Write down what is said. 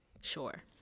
sure